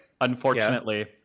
unfortunately